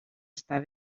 estar